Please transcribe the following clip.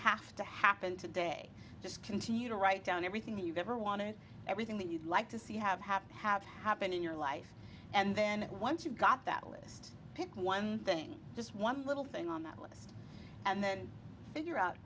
have to happen today just continue to write down everything that you've ever wanted everything that you'd like to see have happened have happened in your life and then once you've got that list pick one thing just one little thing on that list and then figure out